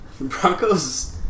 Broncos